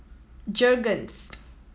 Jergens